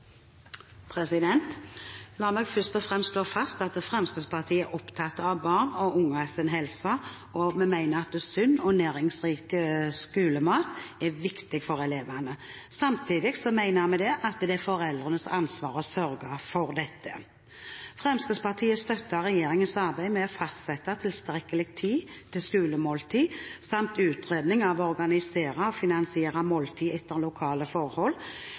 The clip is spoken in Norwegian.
opptatt av barn og unges helse, og vi mener at sunn og næringsrik skolemat er viktig for elevene. Samtidig mener vi at det er foreldrenes ansvar å sørge for dette. Fremskrittspartiet støtter regjeringens arbeid med å fastsette tilstrekkelig tid til skolemåltid samt utredning av å organisere og finansiere måltid etter lokale forhold.